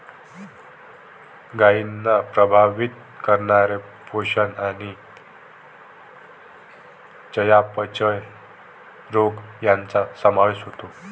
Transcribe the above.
गायींना प्रभावित करणारे पोषण आणि चयापचय रोग यांचा समावेश होतो